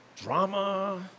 drama